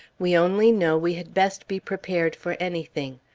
we only know we had best be prepared for anything.